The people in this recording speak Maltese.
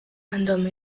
għandhom